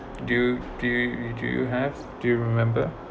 do you do you do you have do you remember